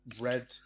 red